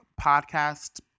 podcast